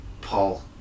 Paul